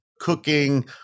cooking